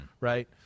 right